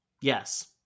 yes